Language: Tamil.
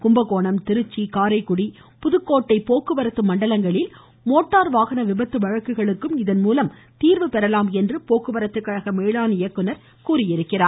கும்பகோணம் திருச்சி காரைக்குடி புதுக்கோட்டை மண்டலங்களில் மோட்டார் வாகன விபத்து வழக்குகளுக்கும் இதன்மூலம் தீர்வுபெறலாம் என்று போக்குவரத்து கழக மேலாண் இயக்குநர் தெரிவித்துள்ளார்